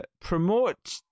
promote